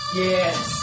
yes